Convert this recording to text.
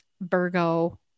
Virgo